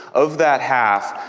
of that half,